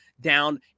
down